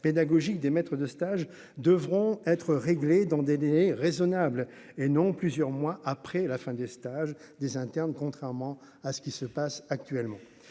pédagogique des maîtres de stage devront être réglés dans des délais raisonnables et non plusieurs mois après la fin des stages, des internes, contrairement à ce qui se passe actuellement